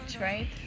right